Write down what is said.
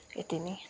त्यति नै